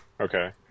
Okay